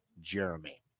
Jeremy